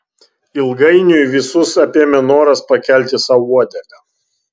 ilgainiui visus apėmė noras pakelti sau uodegą